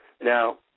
Now